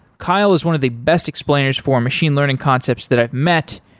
kyle is one of the best explainers for machine learning concepts that i've met.